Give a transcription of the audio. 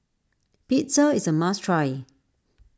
Pizza is a must try